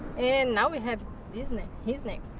and now we have his name.